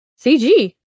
CG